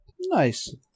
Nice